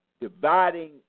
dividing